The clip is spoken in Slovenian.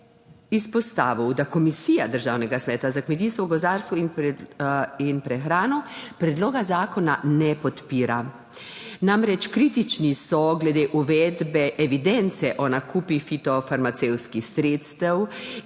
izpostavil, da Komisija Državnega sveta za kmetijstvo, gozdarstvo in prehrano predloga zakona ne podpira, kritični so namreč glede uvedbe evidence o nakupih fitofarmacevtskih sredstev,